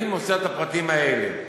אני מוסר את הפרטים האלה.